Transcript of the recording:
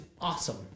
awesome